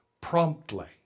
promptly